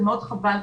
זה מאוד חבל,